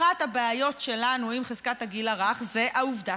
אחת הבעיות שלנו עם חזקת הגיל הרך היא העובדה